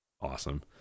Awesome